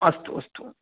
अस्तु अस्तु